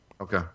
Okay